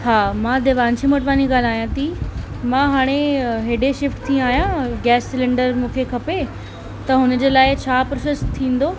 हा मां देवांशी मोटवानी ॻाल्हायां थी मां हाणे हेॾे शिफ्ट थी आहियां गैस सिलिण्डर मूंखे खपे त हुन जे लाइ छा प्रोसेस थींदो